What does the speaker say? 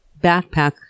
backpack